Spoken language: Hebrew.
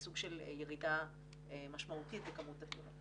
סוג של ירידה משמעותית בכמות התלונות.